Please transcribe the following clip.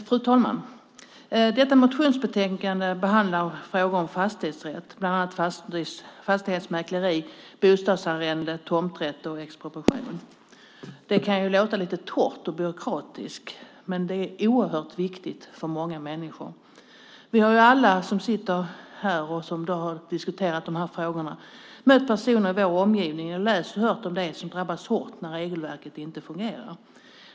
Fru talman! Detta motionsbetänkande behandlar frågor om fastighetsrätt, bland annat fastighetsmäkleri, bostadsarrende, tomträtt och expropriation. Det kan låta lite torrt och byråkratiskt, men det är oerhört viktigt för många människor. Vi har alla som sitter här och har diskuterat frågorna mött personer i vår omgivning eller läst och hört om dem som har drabbats hårt när regelverket inte fungerar.